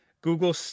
Google